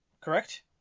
Correct